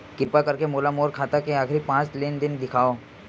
किरपा करके मोला मोर खाता के आखिरी पांच लेन देन देखाव